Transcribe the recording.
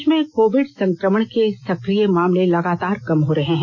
देश में कोविड संक्रमण के सक्रिय मामले लगातार कम हो रहे हैं